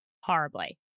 horribly